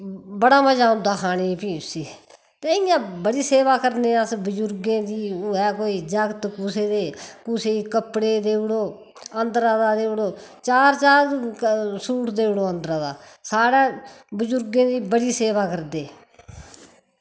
बड़ा मजा औंदा खाने फ्ही उस्सी ते इ'यां बड़ी सेवा करने अस बजुर्गें दी होऐ कोई जागत कुसे दे कुसे कपड़े देई ओड़ो अन्दरा दा देई ओड़ो चार चार सूट देई ओड़ो अन्दरा दा साढ़ै बजुर्गें दी बड़ी सेवा करदे